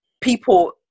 people